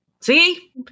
See